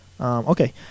Okay